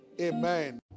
Amen